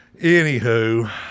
Anywho